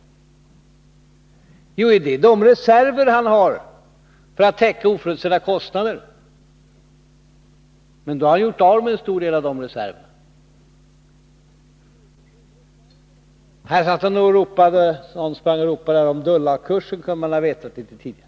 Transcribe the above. Jo, det är de reserver han har för att täcka oförutsedda kostnader. Men då har han gjort av med en stor del av reserverna. Här sprang någon och ropade att det där med dollarkursen kunde man ha vetat litet tidigare.